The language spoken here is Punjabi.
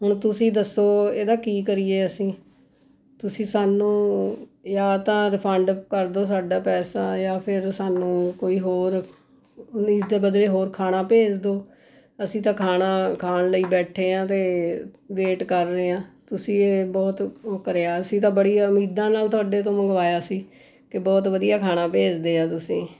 ਹੁਣ ਤੁਸੀਂ ਦੱਸੋ ਇਹਦਾ ਕੀ ਕਰੀਏ ਅਸੀਂ ਤੁਸੀਂ ਸਾਨੂੰ ਜਾਂ ਤਾਂ ਰਿਫੰਡ ਕਰ ਦੋ ਸਾਡਾ ਪੈਸਾ ਜਾਂ ਫਿਰ ਸਾਨੂੰ ਕੋਈ ਹੋਰ ਇਸਦੇ ਬਦਲੇ ਕੋਈ ਹੋਰ ਖਾਣਾ ਭੇਜ ਦੋ ਅਸੀਂ ਤਾਂ ਖਾਣਾ ਖਾਣ ਲਈ ਬੈਠੇ ਹਾਂ ਅਤੇ ਵੇਟ ਕਰ ਰਹੇ ਹਾਂ ਤੁਸੀਂ ਇਹ ਬਹੁਤ ਓਹ ਕਰਿਆ ਅਸੀਂ ਤਾਂ ਬੜੀ ਉਮੀਦਾਂ ਨਾਲ ਤੁਹਾਡੇ ਤੋਂ ਮੰਗਵਾਇਆ ਸੀ ਕਿ ਬਹੁਤ ਵਧੀਆ ਖਾਣਾ ਭੇਜਦੇ ਆ ਤੁਸੀਂ